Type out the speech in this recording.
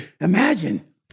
Imagine